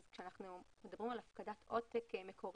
כשאנחנו מדברים על הפקדת עותק מקורי,